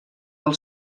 del